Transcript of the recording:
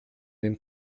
den